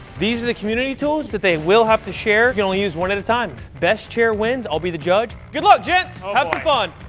these are the community tools that they will have to share. you can only use one at a time. best chair wins. i'll be the judge. good luck, gents. have some fun.